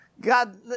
God